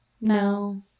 no